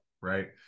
right